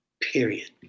period